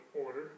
order